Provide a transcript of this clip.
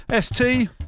ST